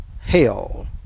hell